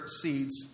seeds